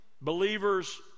believers